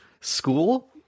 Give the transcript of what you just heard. school